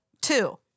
Two